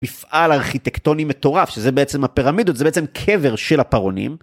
מפעל ארכיטקטוני מטורף, שזה בעצם הפירמידות, זה בעצם קבר של הפרעונים.